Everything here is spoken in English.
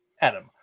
Adam